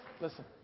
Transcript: listen